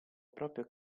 proprio